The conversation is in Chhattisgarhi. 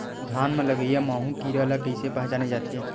धान म लगईया माहु कीरा ल कइसे पहचाने जाथे?